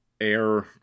air